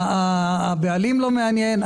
הבעלים לא מעניין,